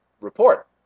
report